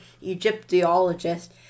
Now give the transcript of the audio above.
Egyptologist